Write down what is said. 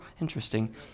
interesting